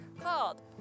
called